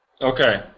Okay